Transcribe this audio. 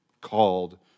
called